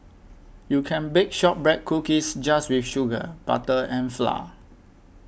you can bake Shortbread Cookies just with sugar butter and flour